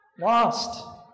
lost